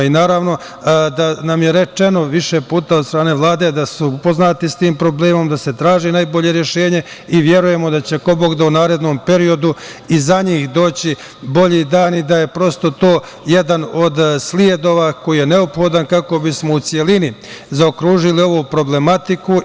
Naravno, da nam je rečeno više puta od strane Vlade da su upoznati sa tim problemom, da se traži najbolje rešenje i verujemo da će, ako bog da, u narednom periodu i za njih doći bolji dani, da je prosto to jedan od sledova koji je neophodan kako bismo u celini zaokružili ovu problematiku.